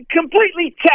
completely